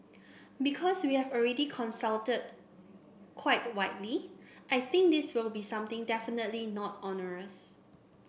because we have already consulted quite widely I think this will be something definitely not onerous